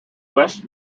west